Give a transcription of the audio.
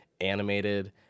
animated